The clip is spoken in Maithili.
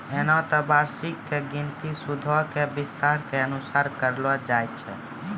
एना त वार्षिकी के गिनती सूदो के किस्तो के अनुसार करलो जाय छै